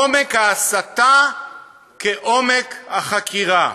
עומק ההסתה כעומק החקירה,